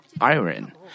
iron